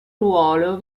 ruolo